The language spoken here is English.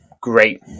great